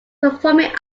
performing